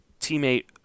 teammate